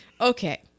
Okay